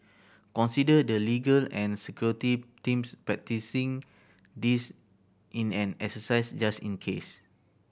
consider the legal and security teams practising this in an exercise just in case